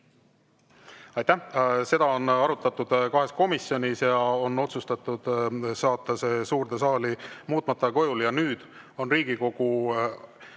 Aitäh! Seda on arutatud kahes komisjonis ja on otsustatud saata see suurde saali muutmata kujul. Nüüd on Riigikogu